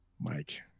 Mike